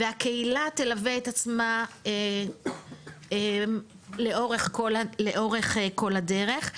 והקהילה תלווה את עצמה לאורך כל הדרך.